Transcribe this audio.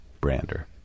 Brander